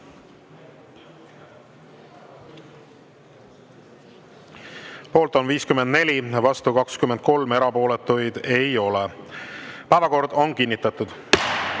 Poolt on 54, vastu 23, erapooletuid ei ole. Päevakord on kinnitatud. Nüüd,